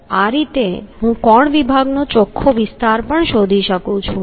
તો આ રીતે હું કોણ વિભાગનો ચોખ્ખો વિસ્તાર શોધી શકું છું